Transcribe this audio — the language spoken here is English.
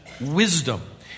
wisdom